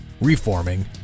reforming